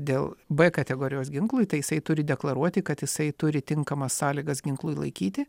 dėl b kategorijos ginklui tai jisai turi deklaruoti kad jisai turi tinkamas sąlygas ginklui laikyti